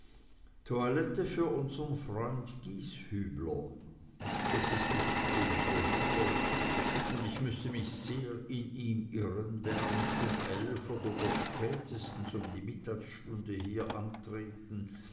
toilette für unseren freund gieshübler es ist jetzt zehn vorüber und ich müßte mich sehr in ihm irren wenn er nicht um elf oder doch spätestens um die mittagsstunde hier antreten